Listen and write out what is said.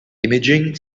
imaging